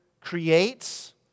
creates